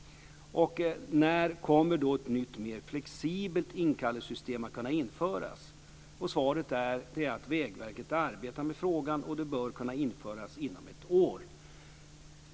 När kommer ett nytt mer flexibelt inkallelsesystem att kunna införas? Svaret är att Vägverket arbetar med frågan, och det bör kunna införas inom ett år.